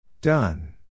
Done